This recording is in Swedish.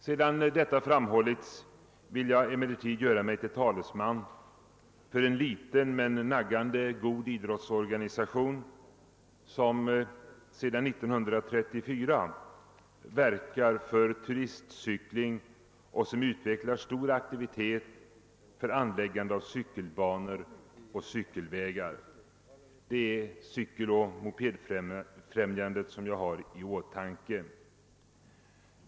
| Sedan detta framhållits vill jag emellertid göra mig till talesman för en liten men naggande god idrottsorganisation som sedan 1934 verkar för turistcykling och som utvecklar stor aktivitet för anläggande av cykelbanor och cykelvägar. Det är Cykeloch mopedfrämjandet som jag har i åtanke.